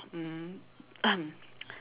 mmhmm